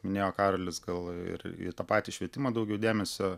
minėjo karolis gal ir į tą patį švietimą daugiau dėmesio